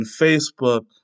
Facebook